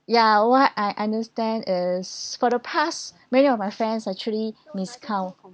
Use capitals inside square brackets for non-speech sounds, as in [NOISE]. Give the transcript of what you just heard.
ya what I understand is for the past [BREATH] many of my friends actually [BREATH] miscount